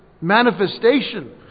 manifestation